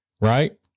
right